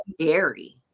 scary